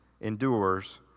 endures